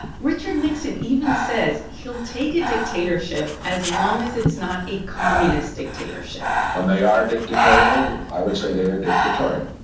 richard nixon even says he'll take a dictatorship as long as it's not a communist dictatorship when they are dictatorial, i would say they are dictatorial.